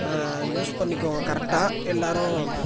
use பண்ணிக்கோங்க கரெக்டாக எல்லோரும்